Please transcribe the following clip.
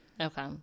Okay